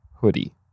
Hoodie